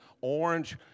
orange